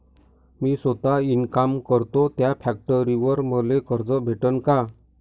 मी सौता इनकाम करतो थ्या फॅक्टरीवर मले कर्ज भेटन का?